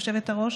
היושבת-ראש,